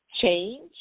change